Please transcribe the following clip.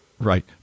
Right